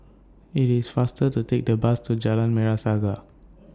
IT IS faster to Take The Bus to Jalan Merah Saga